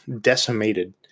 decimated